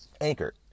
Anchor